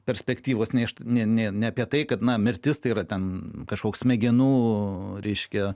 perspektyvos ne ne ne apie tai kad na mirtis tai yra ten kažkoks smegenų reiškia